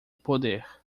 poder